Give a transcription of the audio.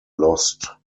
lost